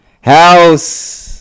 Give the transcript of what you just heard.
House